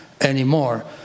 anymore